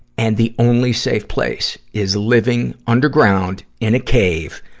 and the only safe place is living underground in a cave.